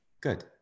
Good